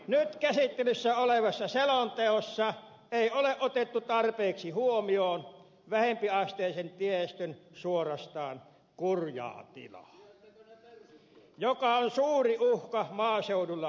nyt käsittelyssä olevassa selonteossa ei ole otettu tarpeeksi huomioon alempiasteisen tiestön suorastaan kurjaa tilaa joka on suuri uhka maaseudulla asumiselle